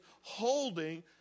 holding